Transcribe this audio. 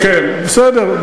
כן, בסדר.